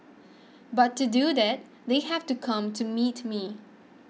but to do that they have to come to meet me